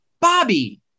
Bobby